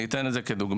אני אתן דוגמה.